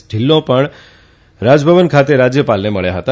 ઢીલ્લોં પણ રાજભવન ખાતે રાજ્યપાલને મળ્યા હતા